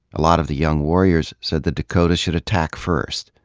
a lot of the young warriors said the dakota should attack first,